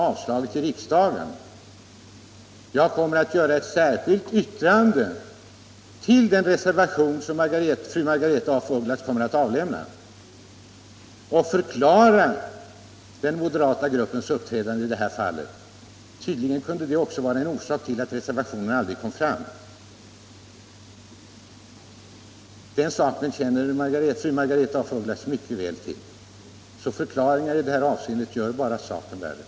Jag sade också att: jag kommer att göra ett särskilt yttrande till den reservation som fru Margaretha af Ugglas kommer att avlämna och förklara den moderata gruppens uppträdande i det här fallet. Detta kan tydligen vara en orsak till att reservationen aldrig kom. Den saken känner fru Margaretha af Ugglas mycket väl till. Förklaringar i det här avseendet gör bara saken värre.